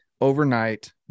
overnight